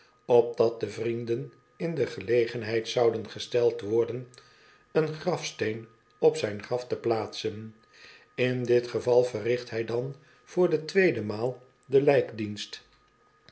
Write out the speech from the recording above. opdat do vrienden in de gelegenheid zouden gesteld worden een grafsteen op zijn graf te plaatsen in dit geval verricht hij dan voor de tweede maal den